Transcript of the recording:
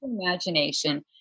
imagination